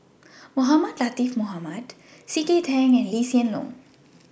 Mohamed Latiff Mohamed C K Tang and Lee Hsien Loong